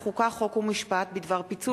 דב חנין ורוברט טיבייב וקבוצת חברי הכנסת,